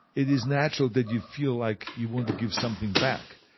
it is natural that you feel like you want to give something back.